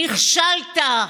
נכשלת,